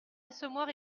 assommoir